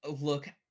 look